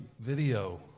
video